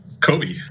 Kobe